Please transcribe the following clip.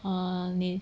啊你